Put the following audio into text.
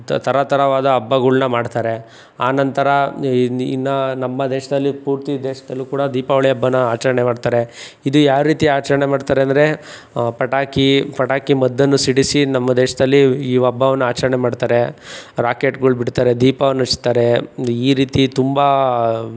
ಥರ ಥರವಾದ ಹಬ್ಬಗಳ್ನ ಮಾಡ್ತಾರೆ ಆ ನಂತರ ಇನ್ನು ಇನ್ನು ನಮ್ಮ ದೇಶದಲ್ಲಿ ಪೂರ್ತಿ ದೇಶದಲ್ಲೂ ಕೂಡ ದೀಪಾವಳಿ ಹಬ್ಬನ ಆಚರಣೆ ಮಾಡ್ತಾರೆ ಇದು ಯಾವ ರೀತಿ ಆಚರಣೆ ಮಾಡ್ತಾರೆ ಅಂದರೆ ಪಟಾಕಿ ಪಟಾಕಿ ಮದ್ದನ್ನು ಸಿಡಿಸಿ ನಮ್ಮ ದೇಶದಲ್ಲಿ ಈ ಹಬ್ಬವನ್ನ ಆಚರಣೆ ಮಾಡ್ತಾರೆ ರಾಕೆಟ್ಗಳು ಬಿಡ್ತಾರೆ ದೀಪವನ್ನ ಹಚ್ತಾರೆ ಈ ರೀತಿ ತುಂಬ